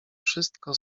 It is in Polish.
wszystko